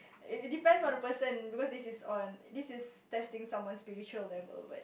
it depends on the person because this is on this is testing someone's spiritual level but